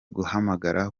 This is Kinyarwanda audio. guhamagara